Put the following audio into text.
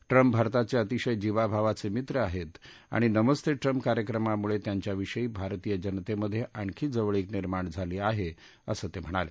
Trump भारताचे अतिशय जीवाभावाचे मित्र आहेत आणि नमस्ते ट्रंप कार्यक्रमामुळे त्यांच्याविषयी भारतीय जनतेमध्ये आणखी जवळीक निर्माण झाली आहे असं ते म्हणाले